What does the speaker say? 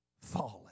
fallen